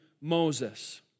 Moses